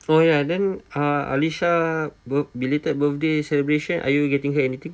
oh ya then uh alesya be~ belated birthday celebration are you getting her anything